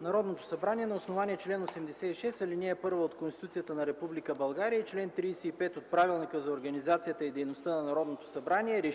„Народното събрание на основание чл. 86, ал. 1 от Конституцията на Република България и чл. 35 от Правилника за организацията и дейността на Народното събрание